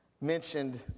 mentioned